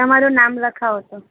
તમારું નામ લખાવો તો